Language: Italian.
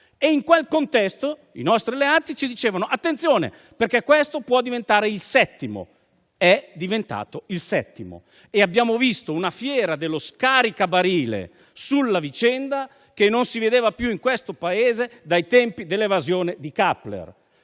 E in quel contesto i nostri alleati ci dicevano di fare attenzione perché questo caso poteva diventare il settimo e così è stato. Abbiamo visto una fiera dello scaricabarile sulla vicenda che non si vedeva più in questo Paese dai tempi dell'evasione di Kappler.